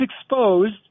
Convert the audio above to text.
exposed